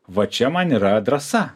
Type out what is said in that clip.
va čia man yra drąsa